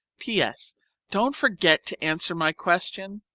ps. don't forget to answer my question.